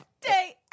day